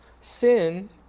sin